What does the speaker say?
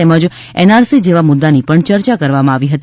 તેમજ એનઆરસી જેવા મુદ્દાની પણ ચર્ચા કરવામાં આવી હતી